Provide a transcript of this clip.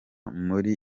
muri